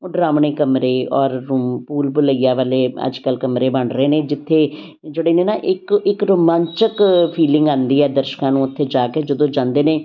ਉਹ ਡਰਾਵਣੇ ਕਮਰੇ ਔਰ ਰੂਮ ਭੂਲ ਭੁਲਈਆਂ ਵਾਲੇ ਅੱਜ ਕੱਲ੍ਹ ਕਮਰੇ ਬਣ ਰਹੇ ਨੇ ਜਿੱਥੇ ਜਿਹੜੇ ਨੇ ਨਾ ਇੱਕ ਇੱਕ ਰੋਮਾਂਚਕ ਫੀਲਿੰਗ ਆਉਂਦੀ ਹੈ ਦਰਸ਼ਕਾਂ ਨੂੰ ਉੱਥੇ ਜਾ ਕੇ ਜਦੋਂ ਜਾਂਦੇ ਨੇ